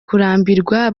kurambirwa